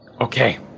Okay